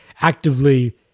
actively